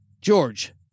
George